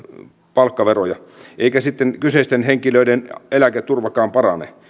palkkaveroja eikä sitten kyseisten henkilöiden eläketurvakaan parane